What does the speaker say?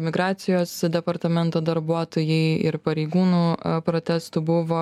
migracijos departamento darbuotojai ir pareigūnų protestų buvo